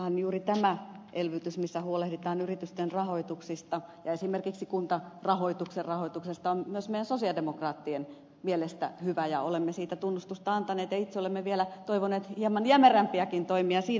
kyllähän juuri tämä elvytys jossa huolehditaan yritysten rahoituksista ja esimerkiksi kuntarahoituksen rahoituksesta on myös meidän sosialidemokraattien mielestä hyvä ja olemme siitä tunnustusta antaneet ja itse olemme vielä toivoneet hieman jämerämpiäkin toimia siinä